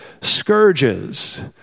scourges